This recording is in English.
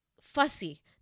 fussy